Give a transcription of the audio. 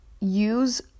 use